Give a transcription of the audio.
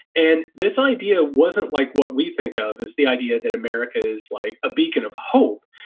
and this idea wasn't like what we think of as the idea that america is like a beacon of hope,